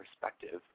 perspective